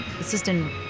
assistant